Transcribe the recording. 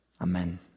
Amen